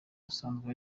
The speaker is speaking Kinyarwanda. usanzwe